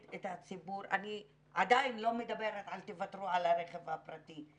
אני עדיין לא מדברת, אל תוותרו על הרכב הפרטי.